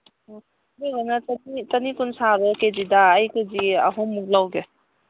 ꯆꯅꯤ ꯆꯅꯤꯀꯨꯟ ꯁꯥꯔꯣ ꯀꯦ ꯖꯤꯗ ꯑꯩ ꯀꯦ ꯖꯤ ꯑꯍꯨꯝꯃꯨꯛ ꯂꯧꯒꯦ